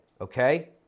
Okay